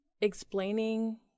explaining